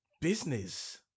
business